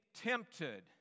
tempted